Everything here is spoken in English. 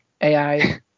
AI